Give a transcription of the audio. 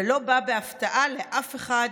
ולא בא בהפתעה לאף אחד,